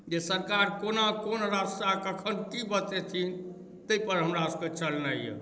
जे सरकार कोना कोन रास्ता कखन की बतेथिन ताहिपर हमरासभके चलनाइ यए